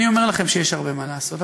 אני אומר לכם שיש הרבה מה לעשות,